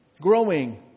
Growing